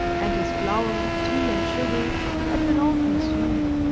and his flour, tea, and sugar had been all consumed.